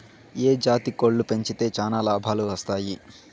ఏ జాతి కోళ్లు పెంచితే చానా లాభాలు వస్తాయి?